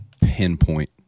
pinpoint